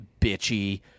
bitchy